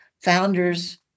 founders